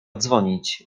dzwonić